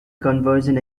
conversion